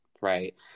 right